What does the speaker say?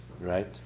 right